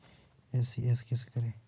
ECS कैसे करें?